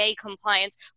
compliance